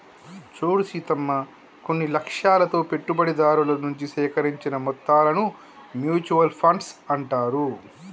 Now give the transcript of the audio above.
చూడు సీతమ్మ కొన్ని లక్ష్యాలతో పెట్టుబడిదారుల నుంచి సేకరించిన మొత్తాలను మ్యూచువల్ ఫండ్స్ అంటారు